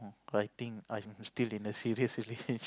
I think I'm still in a serious relationship